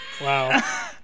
Wow